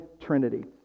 trinity